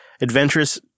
adventurous